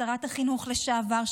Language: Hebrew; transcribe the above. שרת החינוך לשעבר,